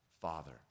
Father